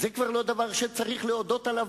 קשה מעשר דקות.